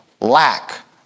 lack